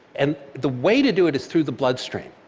and the way to do it is through the bloodstream.